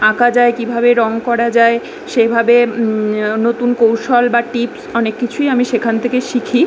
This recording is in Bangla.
আঁকা যায় কীভাবে রং করা যায় সেইভাবে নতুন কৌশল বা টিপস অনেক কিছুই আমি সেখান থেকে শিখি